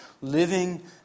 living